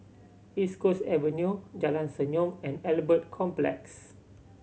East Coast Avenue Jalan Senyum and Albert Complex